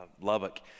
Lubbock